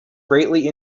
greatly